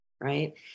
right